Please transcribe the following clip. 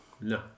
No